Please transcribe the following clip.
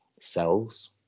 cells